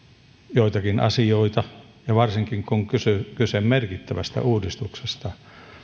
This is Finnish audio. joitakin asioita ja varsinkin kun on kyse merkittävästä uudistuksesta